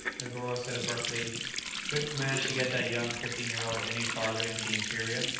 negoro said abruptly couldn't you manage to get that young fifteen-year-old any farther into the interior?